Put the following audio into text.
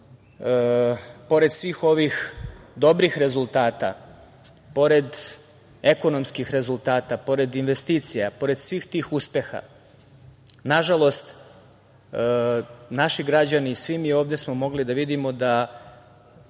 pored svih ovih dobrih rezultata, pored ekonomskih rezultata, pored investicija, pored svih tih uspeha, nažalost naši građani i svi mi ovde smo mogli da vidimo da